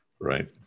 Right